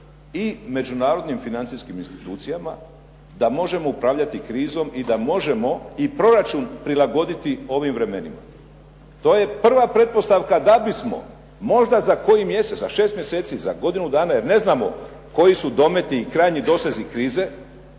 i međunarodnim financijskim institucijama da možemo upravljati krizom i da možemo i proračun prilagoditi ovim vremenima. To je prva pretpostavka da bismo, možda za koji mjesec, za 6 mjeseci, za godinu dana, jer ne znamo koji su dometi i krajnji dosezi krize,